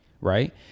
right